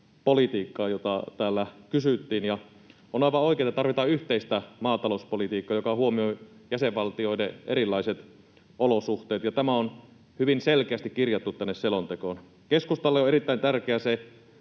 maatalouspolitiikkaa, josta täällä kysyttiin, ja on aivan oikein, että tarvitaan yhteistä maatalouspolitiikkaa, joka huomioi jäsenvaltioiden erilaiset olosuhteet. Tämä on hyvin selkeästi kirjattu tänne selontekoon. Keskustalle on erittäin tärkeä se